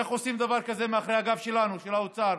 איך עושים דבר כזה מאחורי הגב שלנו, של האוצר?